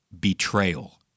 betrayal